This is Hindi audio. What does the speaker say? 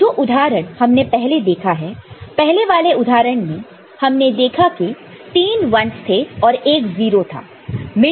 तो जो उदाहरण हमने पहले देखे हैं पहले वाले उदाहरण में हमने देखा कि तीन 1's थे और एक 0 था